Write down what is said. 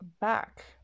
back